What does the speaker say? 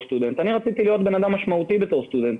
רציתי להיות אדם משמעותי כסטודנט,